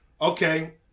Okay